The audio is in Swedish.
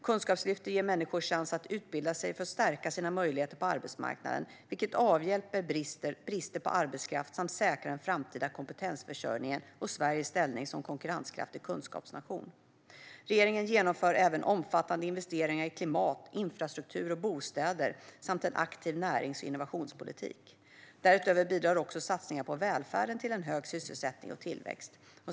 Kunskapslyftet ger människor chans att utbilda sig för att stärka sina möjligheter på arbetsmarknaden, vilket avhjälper brister på arbetskraft samt säkrar den framtida kompetensförsörjningen och Sveriges ställning som konkurrenskraftig kunskapsnation. Regeringen genomför även omfattande investeringar i klimat, infrastruktur och bostäder samt en aktiv närings och innovationspolitik. Därutöver bidrar också satsningarna på välfärden till en hög sysselsättning och tillväxt.